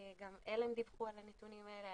גם על"ם דיווחו על הנתונים האלה,